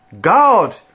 God